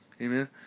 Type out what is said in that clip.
Amen